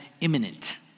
imminent